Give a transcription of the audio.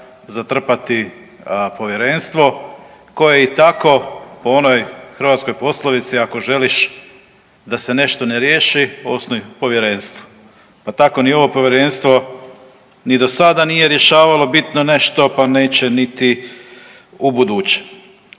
zatrpati povjerenstvo koje je i tako po onoj hrvatskoj poslovici „ako želiš da se nešto ne riješi osnuj povjerenstvo“, pa tako ni ovo povjerenstvo ni do sada nije rješavalo bitno nešto, pa neće niti u buduće.